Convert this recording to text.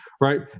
right